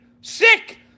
Sick